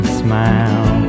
smile